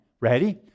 Ready